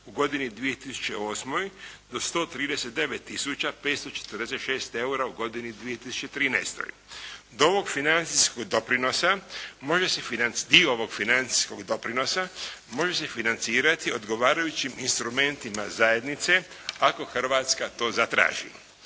u godini 2008. do 139 tisuća 546 eura u godini 2013. Dio ovog financijskog doprinosa može se financirati odgovarajućim instrumentima zajednice ako Hrvatska to zatraži.